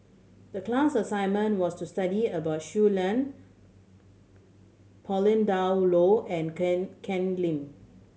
the class assignment was to study about Shui Lan Pauline Dawn Loh and Kan Kan Lim